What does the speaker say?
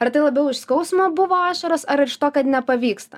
ar tai labiau iš skausmo buvo ašaros ar ir iš to kad nepavyksta